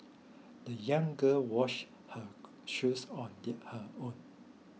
the young girl washed her shoes on the her own